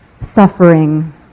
suffering